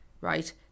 right